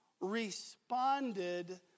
responded